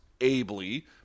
ably